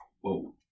Whoa